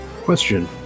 Question